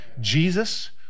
Jesus